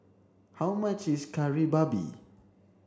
how much is Kari Babi